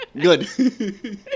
Good